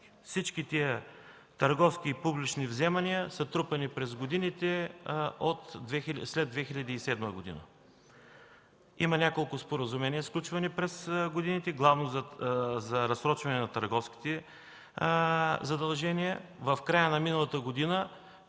Всички тези търговски и публични вземания са трупани през годините след 2007 г. Има няколко споразумения, сключвани през годините, главно за разсрочване на търговските задължения. В края на миналата година